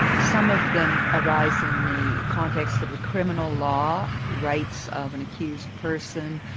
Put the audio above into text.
some of them arise in the context of the criminal law rights of an accused person,